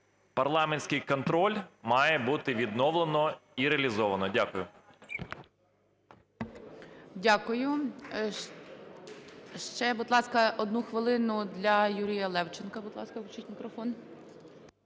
Парламентський контроль має бути відновлено і реалізовано. Дякую. ГОЛОВУЮЧИЙ. Дякую. Ще, будь ласка, одну хвилину для Юрія Левченка.